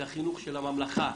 זה החינוך של הממלכה,